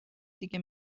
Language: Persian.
دیگه